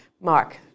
Mark